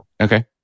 Okay